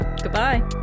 Goodbye